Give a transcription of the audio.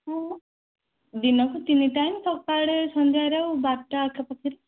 ହଁ ଦିନକୁ ତିନି ଟାଇମ୍ ସକାଳେ ସନ୍ଧ୍ୟାର ବାରଟା ଆଖପାଖରେ